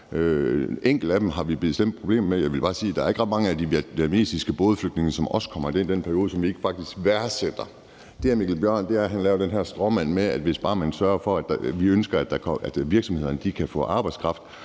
Enkelte af dem har vi bestemt problemer med. Jeg vil bare sige, at der ikke er ret mange af de vietnamesiske bådflygtninge, som også kom i den periode, og som vi ikke rent faktisk værdsætter. Hr. Mikkel Bjørn laver den her stråmand med, at det, at vi ønsker, at virksomhederne kan få arbejdskraft,